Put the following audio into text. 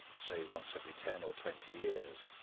say once every ten or twenty years.